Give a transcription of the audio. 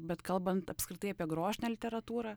bet kalbant apskritai apie grožinę literatūrą